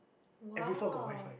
every floor got WiFi